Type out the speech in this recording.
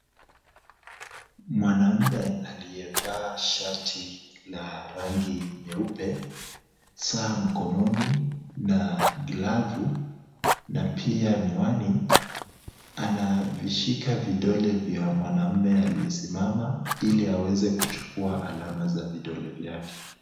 Mwanamme aliyevaa shati la rangi nyeupe, saa mkononi na glavu na pia miwani, anavishika vidole vya mwanaume aliyesimama ili aweze kuchukua alama za vidole vyake.